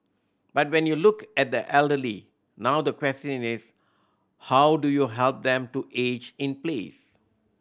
but when you look at the elderly now the question is how do you help them to age in place